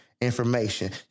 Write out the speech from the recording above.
information